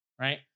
right